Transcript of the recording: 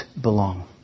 belong